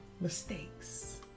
mistakes